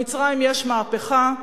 במצרים יש מהפכה,